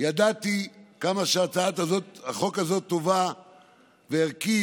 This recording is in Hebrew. ידעתי כמה שהצעת החוק הזאת טובה וערכית,